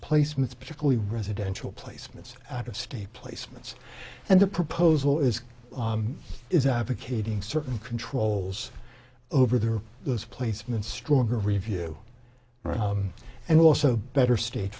placements particularly residential placements out of state placements and the proposal is is advocating certain controls over there those placements stronger review and also better state